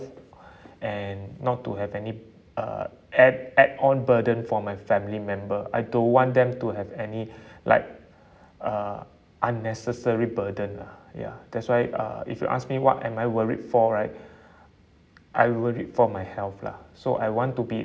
and not to have any uh add add on burden for my family member I don't want them to have any like uh unnecessary burden lah ya that's why uh if you ask me what am I worried for right I'm worried for my health lah so I want to be